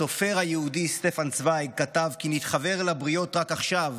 הסופר היהודי שטפן צווייג כתב כי נתחוור לבריות רק עכשיו